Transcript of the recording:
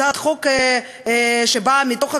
הצעת חוק שבאה מתוך הקואליציה,